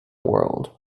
world